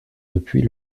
depuis